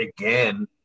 again